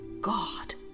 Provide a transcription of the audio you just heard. God